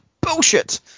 Bullshit